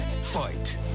Fight